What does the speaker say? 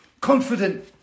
confident